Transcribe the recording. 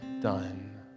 done